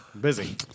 Busy